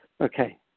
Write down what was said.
Okay